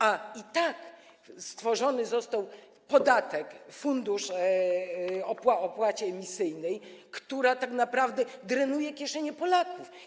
A i tak stworzony został podatek na fundusz związany z opłatą emisyjną, która tak naprawdę drenuje kieszenie Polaków.